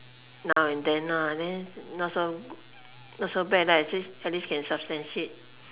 now and then ah then not so not so bad lah at least can substantiate